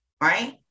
right